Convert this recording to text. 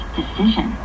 decision